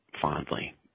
fondly